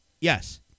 Yes